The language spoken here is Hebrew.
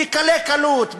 בקלי-קלות,